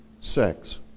sex